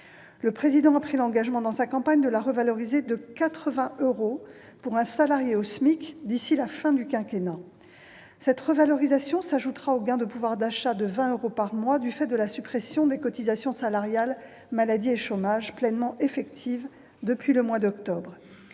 République a pris l'engagement de la revaloriser de 80 euros pour un salarié au SMIC d'ici à la fin du quinquennat. Cette revalorisation s'ajoutera au gain de pouvoir d'achat de 20 euros par mois du fait de la suppression des cotisations salariales maladie et chômage, laquelle est pleinement effective depuis le mois d'octobre